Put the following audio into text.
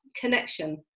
connection